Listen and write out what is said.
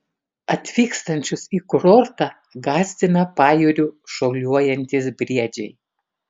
atvykstančius į kurortą gąsdina pajūriu šuoliuojantys briedžiai